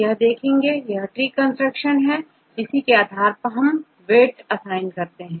हम tree construct करते हैं और उसी के आधार पर वेट एसाइन करते हैं